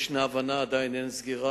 ישנה הבנה, עדיין אין סגירה.